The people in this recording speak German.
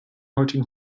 heutigen